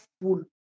full